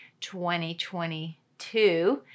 2022